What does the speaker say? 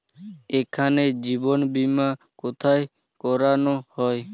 এখানে জীবন বীমা কোথায় করানো হয়?